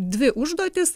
dvi užduotys